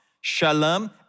shalom